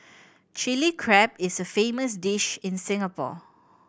Chilli Crab is a famous dish in Singapore